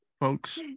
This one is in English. Folks